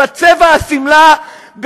בצבע השמלה,